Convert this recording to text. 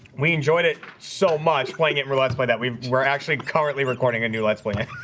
we enjoyed it so much playing it realized by that we were actually currently recording a new let's play night